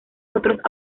otros